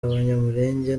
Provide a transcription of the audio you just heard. abanyamulenge